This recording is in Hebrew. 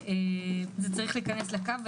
זה צריך להיכנס לקו.